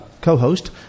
co-host